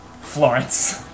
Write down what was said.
Florence